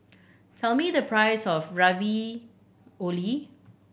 tell me the price of Ravioli